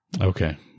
Okay